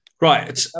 right